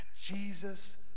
Jesus